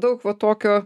daug va tokio